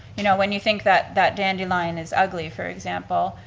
you know, when you think that that dandelion is ugly, for example,